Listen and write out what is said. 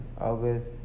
August